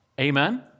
Amen